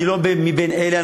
אני לא מבֵין אלה,